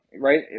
right